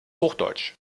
hochdeutsch